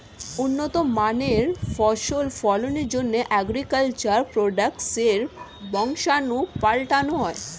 উন্নত মানের ফসল ফলনের জন্যে অ্যাগ্রিকালচার প্রোডাক্টসের বংশাণু পাল্টানো হয়